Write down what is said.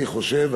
אני חושב,